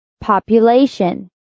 Population